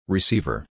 Receiver